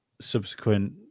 subsequent